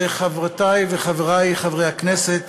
חברותי וחברי חברי הכנסת,